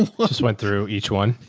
well just went through each one,